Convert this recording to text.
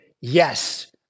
yes